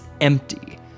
empty